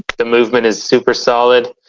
the movement is super solid